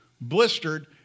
blistered